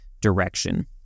direction